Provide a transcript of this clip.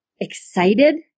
excited